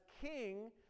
king